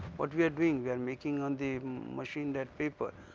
what we are doing? we are making on the machine that paper,